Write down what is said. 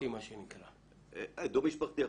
מה שנקרא דו משפחתי.